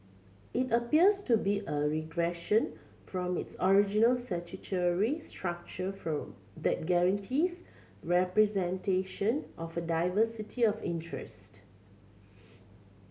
it appears to be a regression from its original statutory structure for that guarantees representation of a diversity of interest